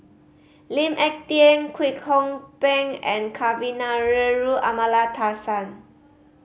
Lee Ek Tieng Kwek Hong Png and Kavignareru Amallathasan